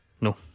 No